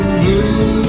blue